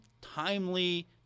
timely